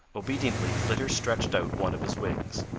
obediently flitter stretched out one of his wings.